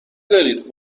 دارید